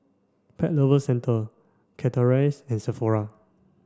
Pet Lovers Centre Chateraise and Sephora